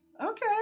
okay